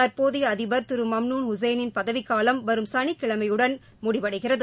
தற்போதையஅதிபர் திருமம்நூன் உசேனின் பதவிக்காலம் வரும் சனிக்கிழமையுடன் முடிவடைகிறது